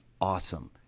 awesome